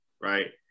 right